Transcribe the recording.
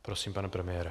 Prosím, pane premiére.